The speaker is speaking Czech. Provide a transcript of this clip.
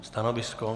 Stanovisko?